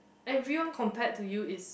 everyone compared to you is